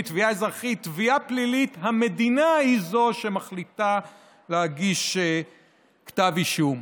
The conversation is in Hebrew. בתביעה הפלילית המדינה היא זו שמחליטה להגיש כתב אישום.